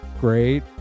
great